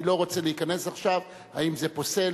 אני לא רוצה להיכנס עכשיו האם זה פוסל.